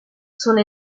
sono